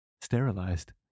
Sterilized